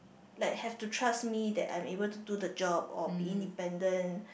like have to trust me that I'm able to do the job or be independent